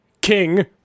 King